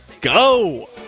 go